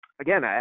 Again